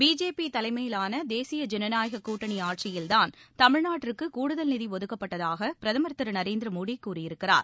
BJP தலைமையிலான தேசிய ஜனநாயக கூட்டணி ஆட்சியில்தான் தமிழ்நாட்டிற்கு கூடுதல் நிதி ஒதுக்கப்பட்டதாக பிரதமர் திரு நரேந்திர மோடி கூறியிருக்கிறார்